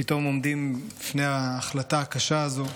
פתאום עומדים לפני ההחלטה הקשה הזו,